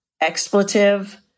expletive